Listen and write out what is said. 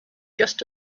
just